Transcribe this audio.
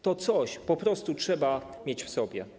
To coś po prostu trzeba mieć w sobie.